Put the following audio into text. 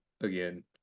again